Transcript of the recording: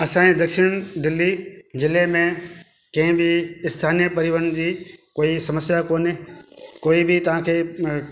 असांजे दक्षिण दिल्ली ज़िले में कंहिं बि स्थानीय परिवहन जी कोई समस्या कोन्हे कोई बि तव्हांखे